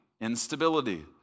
instability